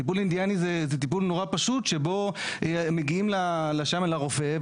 טיפול אינדיאני זה טיפול נורא פשוט שבו מגיעים שם לרופא,